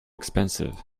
expensive